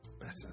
Better